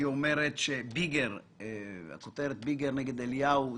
הכותרת: "ביגר נגד אליהו".